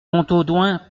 montaudoin